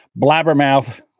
blabbermouth